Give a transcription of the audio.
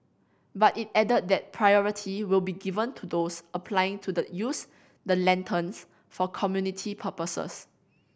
but it added that priority will be given to those applying to use the lanterns for community purposes